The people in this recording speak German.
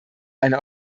eine